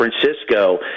Francisco